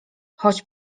choć